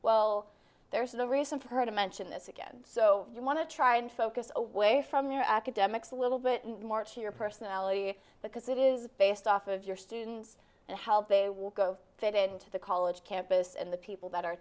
well there's no reason for her to mention this again so you want to try and focus away from your academics a little bit more to your personality because it is based off of your students and help they will go fit into the college campus and the people that are